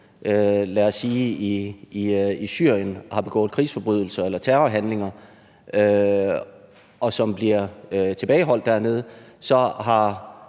lad os sige i Syrien har begået krigsforbrydelser eller terrorhandlinger og er blevet tilbageholdt dernede og så er